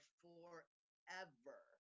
forever